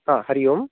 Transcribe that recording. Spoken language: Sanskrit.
हा हरिः ओं